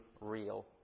real